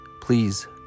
please